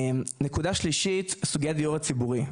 נקודה שלישית: סוגיית הדיור הציבורי.